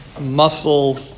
muscle